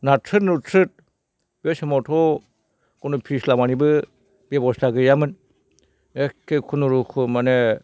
नारथ्रोद नुरथ्रोद बे समावथ' कुनु फिक्स लामानिबो बेब'स्था गैयामोन एख्खे कुनुरखम माने